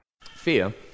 Fear